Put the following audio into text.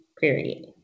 period